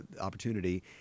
opportunity